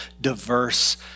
diverse